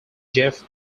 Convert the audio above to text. jeff